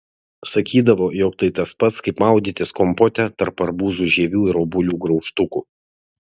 sakydavo jog tai tas pats kaip maudytis kompote tarp arbūzų žievių ir obuolių graužtukų